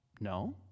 No